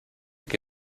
que